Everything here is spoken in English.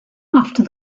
after